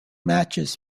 matches